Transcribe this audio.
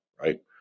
right